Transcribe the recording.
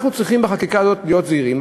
אנחנו צריכים בחקיקה הזאת להיות זהירים.